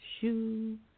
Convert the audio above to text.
shoe